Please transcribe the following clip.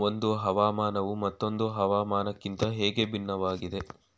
ಒಂದು ಹವಾಮಾನವು ಮತ್ತೊಂದು ಹವಾಮಾನಕಿಂತ ಹೇಗೆ ಭಿನ್ನವಾಗಿದೆ?